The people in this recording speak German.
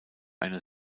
eine